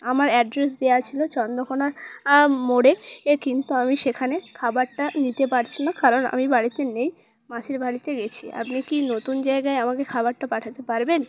আমার অ্যাড্রেস দেওয়া ছিল চন্দ্রকোনা মোড়ে কিন্তু আমি সেখানে খাবারটা নিতে পারছি না কারণ আমি বাড়িতে নেই মাসির বাড়িতে গেছি আপনি কি নতুন জায়গায় আমাকে খাবারটা পাঠাতে পারবেন